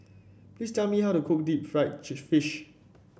please tell me how to cook Deep Fried Fish